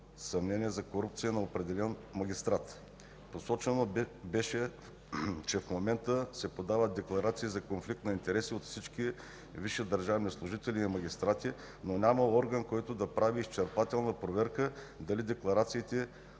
съмнения за корупция на определен магистрат. Посочено беше, че в момента се подават декларации за конфликт на интереси от всички висши държавни служители и магистрати, но няма орган, който да прави изчерпателна проверка дали декларациите